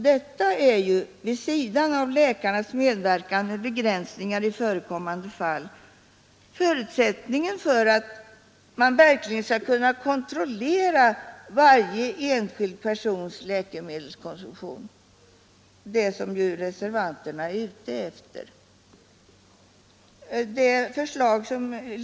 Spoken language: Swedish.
Detta är ju vid sidan av läkarnas medverkan till begränsningar i förekommande fall förutsättningen för att man verkligen skall kunna kontrollera varje enskilds persons läkemedelskonsumtion, det som reservanterna är ute efter.